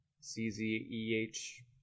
C-Z-E-H